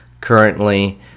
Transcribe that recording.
currently